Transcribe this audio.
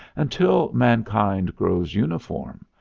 until mankind grows uniform,